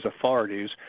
authorities